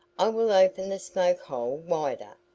i will open the smoke hole wider,